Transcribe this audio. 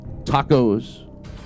tacos